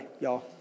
y'all